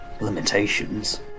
limitations